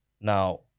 Now